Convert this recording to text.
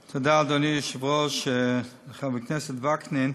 תודה, אדוני היושב-ראש, חבר הכנסת וקנין,